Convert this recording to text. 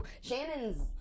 Shannon's